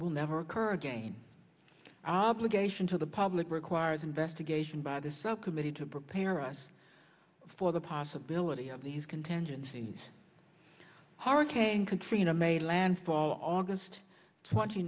will never occur again obligation to the public requires investigation by the subcommittee to prepare us for the possibility of these contingencies hurricane katrina made landfall august twenty